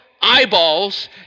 eyeballs